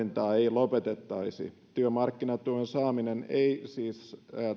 lopetettaisi työmarkkinatuen saaminen ei siis